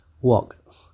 walk